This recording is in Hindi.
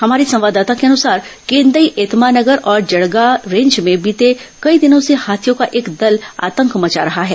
हमारी संवाददाता के अनुसार केंदई एतमानगर और जड़गा रेंज में बीते कई दिनों से हाथियों का एक दल आतंक मचा रहा है